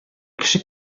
кеше